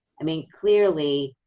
i mean, clearly,